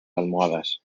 almohadas